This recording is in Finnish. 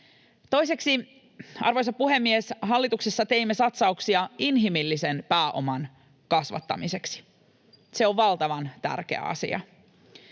Toiseksi, arvoisa puhemies, hallituksessa teimme satsauksia inhimillisen pääoman kasvattamiseksi. Se on valtavan tärkeä asia.